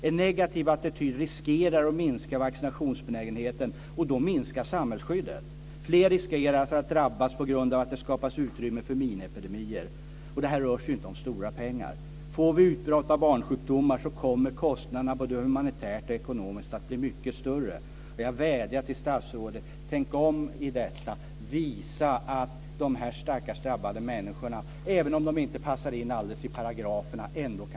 En negativ attityd riskerar att minska vaccinationsbenägenheten, och då minskar samhällsskyddet. Fler riskerar då att drabbas på grund av att det skapas utrymme för miniepidemier. Det rör sig inte om stora pengar. Om vi får utbrott av barnsjukdomar kommer kostnaderna, både humanitärt och ekonomiskt, att bli mycket större. Jag vädjar till statsrådet: Tänk om när det gäller detta! Visa att dessa stackars drabbade människor kan få ett stöd även om de inte passar in helt i paragraferna!